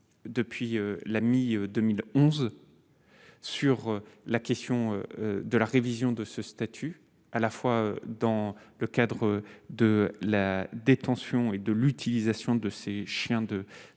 depuis la mi-2011 sur la question de la révision de ce statut, à la fois dans le cadre de la détention et de l'utilisation de ces chiens de 2